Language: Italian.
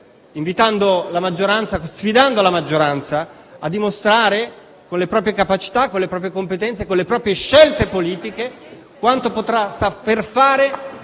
invitando, anzi sfidando la maggioranza a dimostrare con le proprie capacità, con le proprie competenze, con le proprie scelte politiche quanto sarà in grado